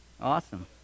Awesome